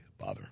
bother